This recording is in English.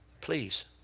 please